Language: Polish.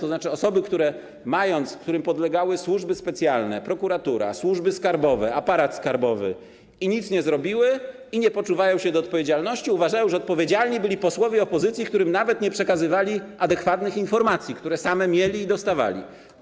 Osoby, którym podlegały służby specjalne, prokuratura, służby skarbowe, aparat skarbowy, które nic nie zrobiły i które nie poczuwają się do odpowiedzialności, uważają, że odpowiedzialni byli posłowie opozycji, którym nawet nie przekazywali adekwatnych informacji, które sami mieli i dostawali.